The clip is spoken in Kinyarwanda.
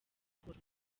buhoro